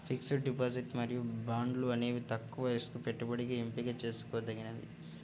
fixed deposit మరియు బాండ్లు అనేవి తక్కువ రిస్క్ పెట్టుబడికి ఎంపిక చేసుకోదగినవి